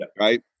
Right